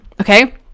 okay